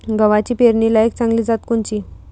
गव्हाची पेरनीलायक चांगली जात कोनची?